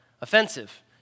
offensive